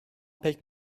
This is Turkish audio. pek